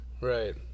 right